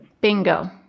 Bingo